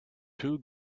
two